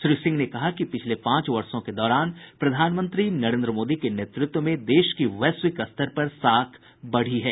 श्री सिंह ने कहा कि पिछले पांच वर्षों के दौरान प्रधानमंत्री नरेन्द्र मोदी के नेतृत्व में देश की वैश्विक स्तर पर साख बढ़ी है